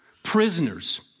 Prisoners